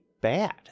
bad